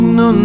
no